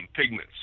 pigments